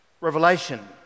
revelation